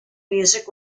music